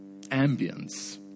ambience